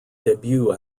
debut